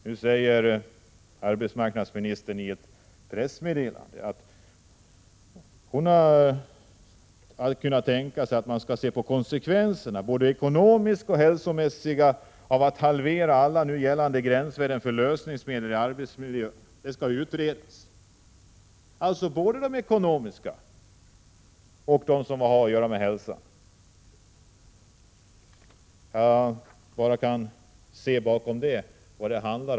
Nu säger arbetsmarknadsministern i ett pressmeddelande att hon kan tänka sig att man skall se över konsekvenserna både ekonomiskt och hälsomässigt av att halvera alla nu gällande gränsvärden för lösningsmedel i arbetsmiljö; det skall utredas — både de ekonomiska och de hälsomässiga konsekvenserna alltså! Bara av det kan man se vad det handlar om.